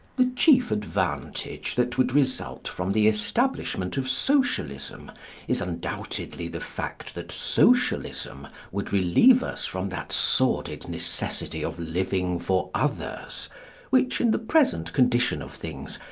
the chief advantage that would result from the establishment of socialism is, undoubtedly, the fact that socialism would relieve us from that sordid necessity of living for others which, in the present condition of things,